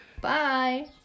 Bye